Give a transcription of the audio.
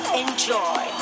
enjoy